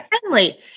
friendly